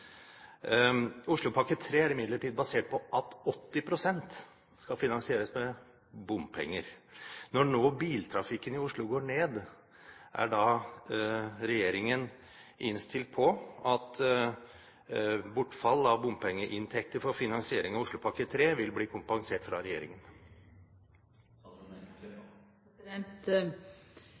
Oslopakke 3 er imidlertid basert på at 80 pst. skal finansieres med bompenger. Når nå biltrafikken i Oslo går ned, er da regjeringen innstilt på at bortfall av bompengeinntekter for finansiering av Oslopakke 3 vil bli kompensert fra regjeringen?